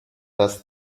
das